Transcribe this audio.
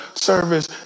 service